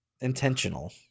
intentional